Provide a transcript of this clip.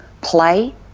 play